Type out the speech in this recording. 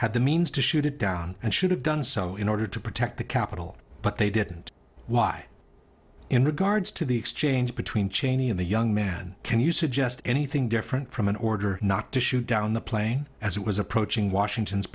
had the means to shoot it down and should have done so in order to protect the capitol but they didn't why in regards to the exchange between cheney and the young man can you suggest anything different from an order not to shoot down the plane as it was approaching washington's